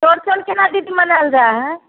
चौरचन केना दीदी मनायल जाइ हय